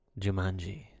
Jumanji